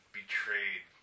betrayed